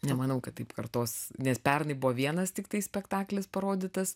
nemanau kad taip kartos nes pernai buvo vienas tiktai spektaklis parodytas